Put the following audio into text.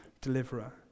deliverer